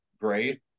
great